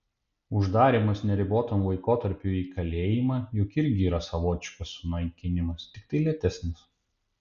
uždarymas neribotam laikotarpiui į kalėjimą juk irgi yra savotiškas sunaikinimas tiktai lėtesnis